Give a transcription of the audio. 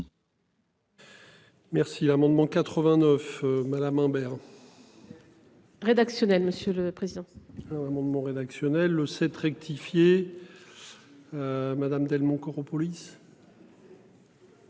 Merci l'amendement 89. Madame Imbert. Si si. Rédactionnel, monsieur le président. Amendement rédactionnel le 7 rectifié. Madame Delmont Koropoulis.